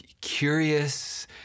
curious